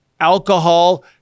alcohol